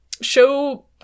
show